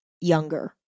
younger